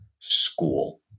school